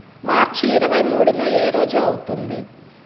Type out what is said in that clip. మార్చి ఇరవైమూడున ఏ రోజు అవుతుంది